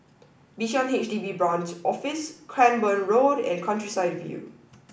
Bishan H D B Branch Office Cranborne Road and Countryside View